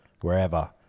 wherever